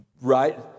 Right